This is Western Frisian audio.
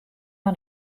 mei